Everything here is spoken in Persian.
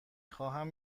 خواهم